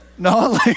No